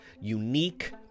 unique